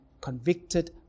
convicted